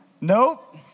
Nope